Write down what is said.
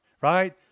right